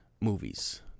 movies